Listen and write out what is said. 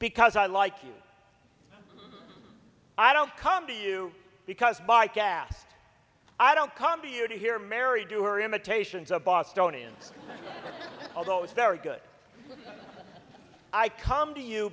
because i like you i don't come to you because by caste i don't come here to hear mary do or imitations of bostonians although it's very good i come to you